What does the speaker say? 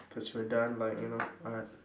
cause we're done like you know what